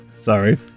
Sorry